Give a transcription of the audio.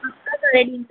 हा रेडी अथव